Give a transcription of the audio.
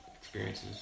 experiences